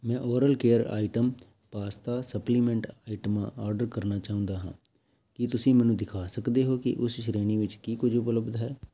ਮੈਂ oral care item pasta supplement ਆਈਟਮਾਂ order ਕਰਨਾ ਚਾਹੁੰਦਾ ਹਾਂ ਕੀ ਤੁਸੀਂ ਮੈਨੂੰ ਦਿਖਾ ਸਕਦੇ ਹੋ ਕਿ ਉਸ ਸ਼੍ਰੇਣੀ ਵਿੱਚ ਕੀ ਕੁਝ ਉਪਲਬਧ ਹੈ